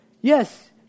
yes